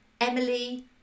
Emily